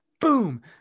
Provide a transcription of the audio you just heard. boom